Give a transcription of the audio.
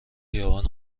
خیابان